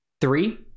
three